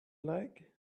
like